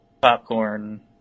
popcorn